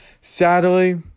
Sadly